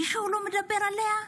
הילדה הזאת, מישהו מדבר עליה?